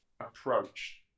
approach